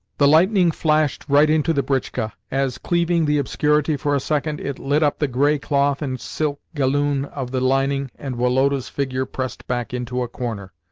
the lightning flashed right into the britchka as, cleaving the obscurity for a second, it lit up the grey cloth and silk galloon of the lining and woloda's figure pressed back into a corner.